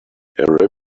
arab